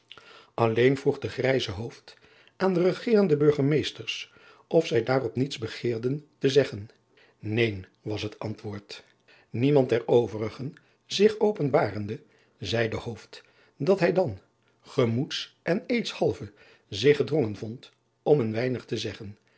lleen vroeg de grijze aan de regerende urgemees driaan oosjes zn et leven van aurits ijnslager ters of zij daarop niets begeerden te zeggen een was het antwoord iemand der overigen zich openbarende zeide dat hij dan gemoeds en eedshalve zich gedrongen vond om een weinig te zeggen